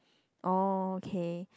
oh okay